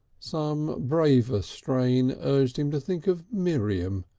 some braver strain urged him to think of miriam,